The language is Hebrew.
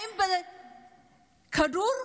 האם בכדור,